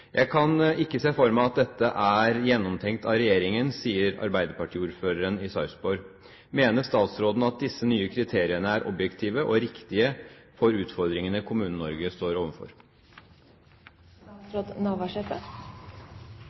Jeg kan ikke se for meg at dette er gjennomtenkt av regjeringen, sier Ap-ordføreren i Sarpsborg. Mener statsråden at disse nye kriteriene er objektive og riktige for utfordringene Kommune-Norge står